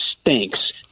stinks